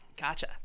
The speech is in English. Gotcha